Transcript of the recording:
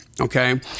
okay